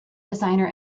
designer